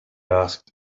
asked